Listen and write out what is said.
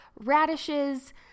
radishes